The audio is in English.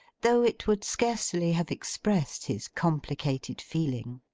though it would scarcely have expressed his complicated feeling.